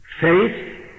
Faith